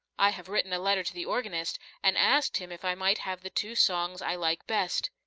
i have written a letter to the organist, and asked him if i might have the two songs i like best.